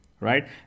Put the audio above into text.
Right